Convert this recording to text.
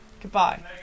Goodbye